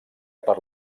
per